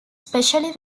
especially